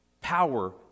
power